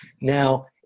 Now